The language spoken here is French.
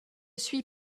suis